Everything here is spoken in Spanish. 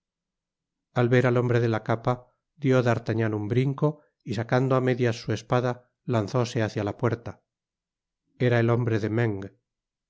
al ver al hombre de la capa dió d'artagnan un brinco y sacando á medias su espada lanzóse hácia la puerta era el hombre de